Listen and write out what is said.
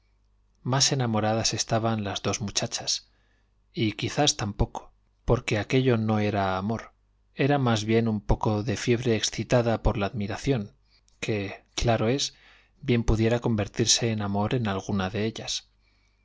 más enamoradas estaban las dos muchachas y quizás tampoco porque aquello no era amor era más bien un poco de fiebre excitada por la admiración que claro es bien pudiera convertirse en amor en alguna de ellas